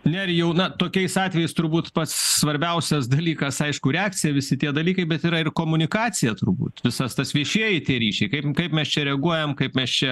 nerijau na tokiais atvejais turbūt pats svarbiausias dalykas aišku reakcija visi tie dalykai bet yra ir komunikacija turbūt visas tas viešieji ryšiai kaip kaip mes čia reaguojam kaip mes čia